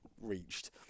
reached